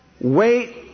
wait